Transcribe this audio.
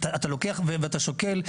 אתה לוקח ואתה שוקל,